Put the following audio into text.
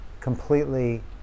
completely